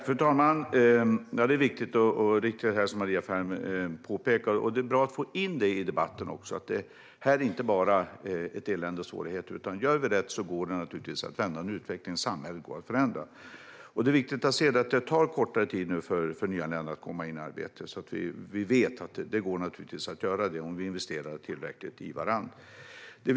Fru talman! Vad Maria Ferm påpekar är viktigt och riktigt. Det är bra att få in i debatten att det inte bara är fråga om elände och svårigheter. Om vi gör rätt kan naturligtvis utvecklingen vända och samhället förändras. Det är viktigt att se att det tar kortare tid för nyanlända att komma in i arbete. Vi vet att det går att göra om vi investerar tillräckligt i varandra.